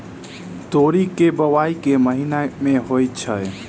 तोरी केँ बोवाई केँ महीना मे होइ छैय?